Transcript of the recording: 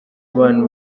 abantu